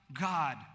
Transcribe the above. God